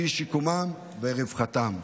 שהיא שיקומם ורווחתם.